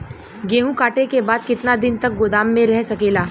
गेहूँ कांटे के बाद कितना दिन तक गोदाम में रह सकेला?